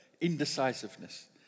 indecisiveness